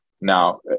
Now